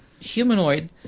humanoid